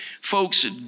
Folks